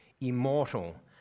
immortal